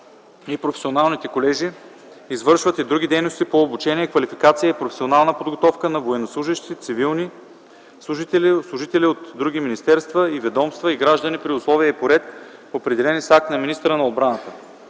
и професионалните колежи извършват и други дейности по обучение, квалификация и професионална подготовка на военнослужещи, цивилни служители, служители от други министерства и ведомства и граждани при условия и по ред, определени с акт на министъра на отбраната.